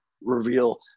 reveal